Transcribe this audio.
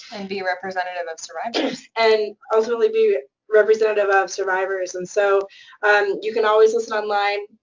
and be representative of survivors. and ultimately be representative of survivors, and so you can always listen online.